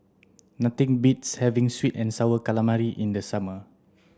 nothing beats having sweet and sour calamari in the summer